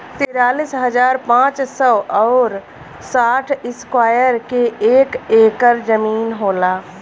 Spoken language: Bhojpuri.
तिरालिस हजार पांच सौ और साठ इस्क्वायर के एक ऐकर जमीन होला